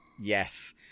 Yes